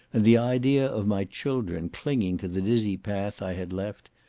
and the idea of my children clinging to the dizzy path i had left,